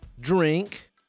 Drink